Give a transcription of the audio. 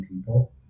people